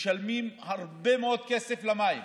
משלמים הרבה מאוד כסף על המים,